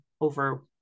over